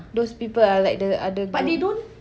those people are like the other group